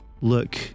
look